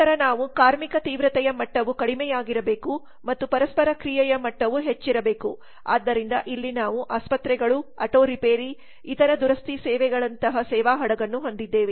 ನಂತರ ನಾವು ಕಾರ್ಮಿಕ ತೀವ್ರತೆಯ ಮಟ್ಟವು ಕಡಿಮೆಯಾಗಿರಬೇಕು ಮತ್ತು ಪರಸ್ಪರ ಕ್ರಿಯೆಯ ಮಟ್ಟವು ಹೆಚ್ಚಿರಬೇಕು ಆದ್ದರಿಂದ ಇಲ್ಲಿ ನಾವು ಆಸ್ಪತ್ರೆಗಳು ಆಟೋ ರಿಪೇರಿ ಇತರ ದುರಸ್ತಿ ಸೇವೆಗಳಂತಹ ಸೇವಾ ಹಡಗನ್ನು ಹೊಂದಿದ್ದೇವೆ